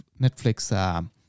Netflix